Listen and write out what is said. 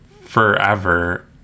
forever